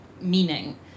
meaning